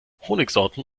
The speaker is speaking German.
honigsorten